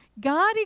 God